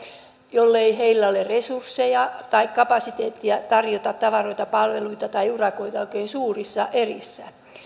jollei heillä ole resursseja tai kapasiteettia tarjota tavaroita palveluita tai urakoita oikein suurissa erissä